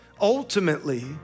ultimately